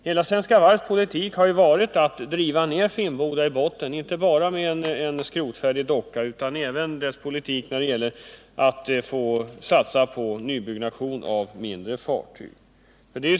Hela Svenska Varvs politik har varit att driva ner Finnboda i botten, inte bara med en skrotfärdig docka utan även i sitt ställningstagande till nybyggnation av mindre fartyg.